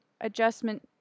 adjustment